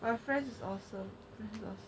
my friends is awesome